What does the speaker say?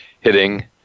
hitting